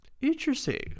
Interesting